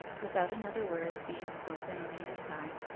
without another word being spoken on either side,